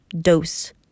dose